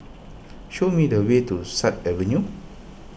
show me the way to Sut Avenue